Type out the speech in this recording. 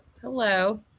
hello